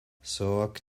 soak